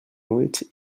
ulls